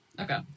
Okay